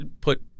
put